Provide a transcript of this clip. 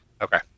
Okay